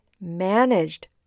managed